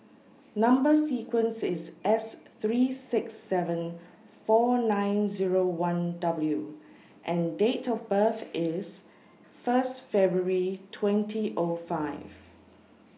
Number sequence IS S three six seven four nine Zero one W and Date of birth IS First February twenty O five